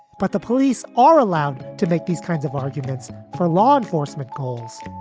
but the police are allowed to make these kinds of arguments for law enforcement goals.